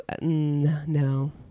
No